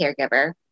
caregiver